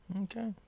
Okay